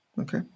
Okay